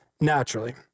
naturally